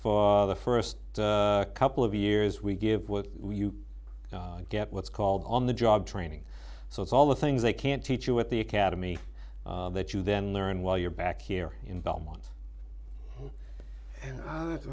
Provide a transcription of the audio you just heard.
for the first couple of years we give what you get what's called on the job training so it's all the things they can teach you at the academy that you then learn while you're back here in belmont and